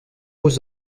aux